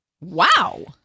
Wow